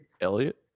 Elliot